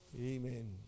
Amen